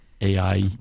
AI